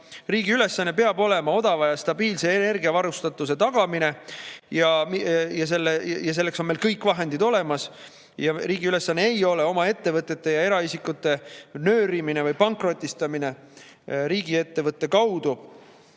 Riigi ülesanne peab olema odava ja stabiilse energiavarustatuse tagamine ja selleks on meil kõik vahendid olemas. Ja riigi ülesanne ei ole oma ettevõtete ja eraisikute nöörimine või pankrotistamine riigiettevõtte kaudu